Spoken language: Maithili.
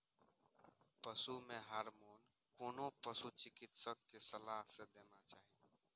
पशु मे हार्मोन कोनो पशु चिकित्सक के सलाह सं देना चाही